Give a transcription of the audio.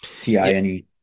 t-i-n-e